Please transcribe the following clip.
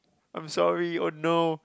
I'm sorry oh no